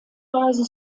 weise